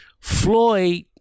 Floyd